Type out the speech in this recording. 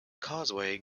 causeway